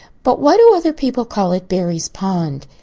but why do other people call it barry's pond?